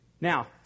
Now